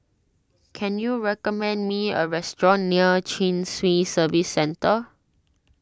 can you recommend me a restaurant near Chin Swee Service Centre